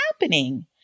happening